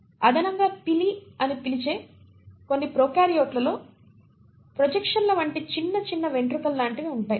అదనంగా పిలి అని పిలిచే కొన్ని ప్రొకార్యోట్లలో ప్రొజెక్షన్ల వంటి చిన్న చిన్న వెంట్రుకల లాంటివి ఉన్నాయి